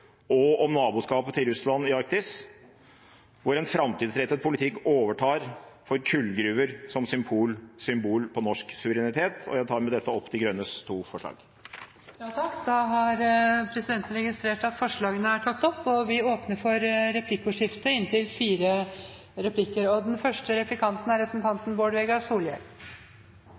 og om naboskapet til Russland i Arktis, hvor en framtidsrettet politikk overtar for kullgruver som symbol på norsk suverenitet. Jeg tar med dette opp Miljøpartiet De Grønnes to forslag. Representanten Rasmus Hansson har tatt opp de forslagene han refererte. Det blir replikkordskifte. Eg fekk nok ikkje den første replikken fordi eg er den som er mest i opposisjon til heile innlegget til representanten